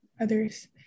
others